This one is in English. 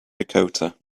dakota